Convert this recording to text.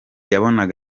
yabonaga